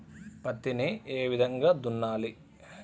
పత్తిని ఏ విధంగా దున్నాలి?